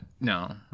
no